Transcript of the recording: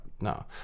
no